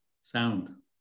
Sound